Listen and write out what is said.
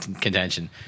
contention